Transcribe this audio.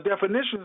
definitions